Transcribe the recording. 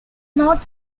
not